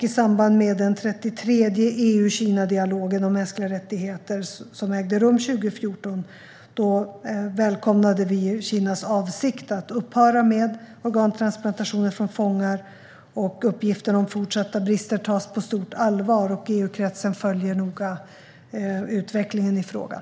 I samband med den 33:e EU-Kina-dialogen om mänskliga rättigheter, som ägde rum 2014, välkomnade vi Kinas avsikt att upphöra med organtransplantationer från fångar. Uppgifter om fortsatta brister tas på stort allvar, och EU-kretsen följer noga utvecklingen i frågan.